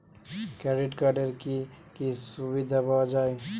Credit কার্ডের কি কি সুবিধা পাওয়া যায়?